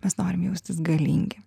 mes norim jaustis galingi